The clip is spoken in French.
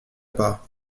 pas